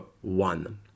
one